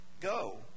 Go